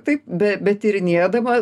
taip be betyrinėdama